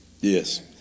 yes